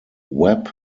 webb